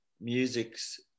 Music's